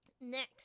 next